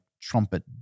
trumpet